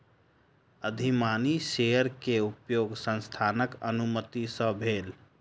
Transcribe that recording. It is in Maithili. अधिमानी शेयर के उपयोग संस्थानक अनुमति सॅ भेल